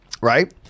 right